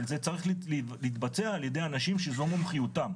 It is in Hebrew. אבל זה צריך להתבצע על ידי אנשים שזו מומחיותם,